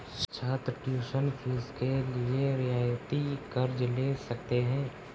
छात्र tuition fees के लिए रियायती कर्ज़ ले सकते हैं